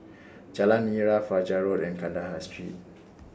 Jalan Nira Fajar Road and Kandahar Street